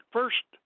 First